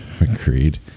Agreed